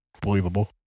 believable